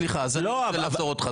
סליחה שאני עוצר אותך.